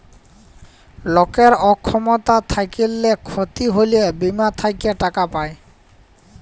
লকের অক্ষমতা থ্যাইকলে ক্ষতি হ্যইলে বীমা থ্যাইকে টাকা পায়